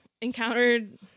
encountered